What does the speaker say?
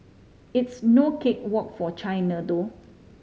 it's no cake walk for China though